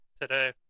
today